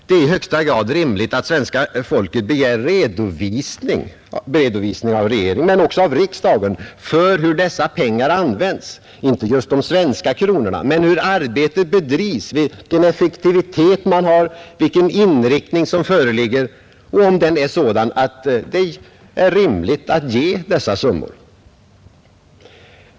Det är i högsta grad rimligt att svenska folket begär redovisning av regeringen men också av riksdagen för hur dessa pengar används, inte just de svenska kronorna, men hur arbetet bedrivs, vilken effektivitet man har, vilken inriktning som föreligger och om den är sådan att det är rimligt att ge dessa summor.